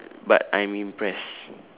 but I'm impressed